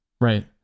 Right